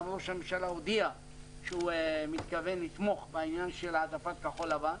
גם ראש הממשלה הודיע שהוא מתכוון לתמוך בעניין של העדפת כחול לבן.